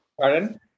Pardon